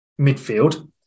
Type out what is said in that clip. midfield